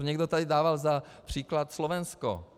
Někdo tady dával za příklad Slovensko.